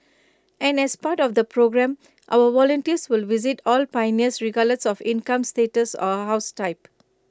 and as part of the programme our volunteers will visit all pioneers regardless of income status or house type